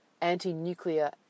anti-nuclear